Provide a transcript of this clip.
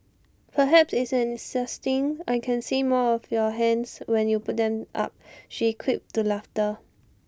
perhaps it's an succinct I can see more of your hands when you put them up she quipped to laughter